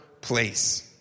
place